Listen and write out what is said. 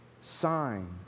sign